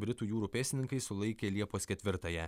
britų jūrų pėstininkai sulaikė liepos ketvirtąją